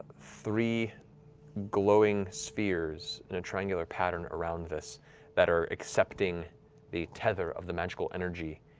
three glowing spheres in a triangular pattern around this that are accepting the tether of the magical energy,